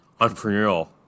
entrepreneurial